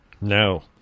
No